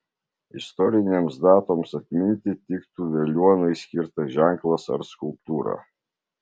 istorinėms datoms atminti tiktų veliuonai skirtas ženklas ar skulptūra